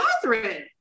Catherine